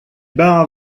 bara